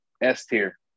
S-tier